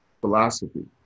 philosophy